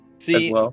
See